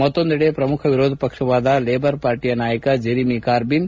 ಮತ್ತೊಂದೆಡೆ ಪ್ರಮುಖ ಎರೋಧ ಪಕ್ಷವಾದ ಲೇಬರ್ ಪಾರ್ಟಿಯ ನಾಯಕ ಜೆರಿಮಿ ಕಾರ್ಟಿನ್